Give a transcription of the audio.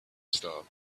star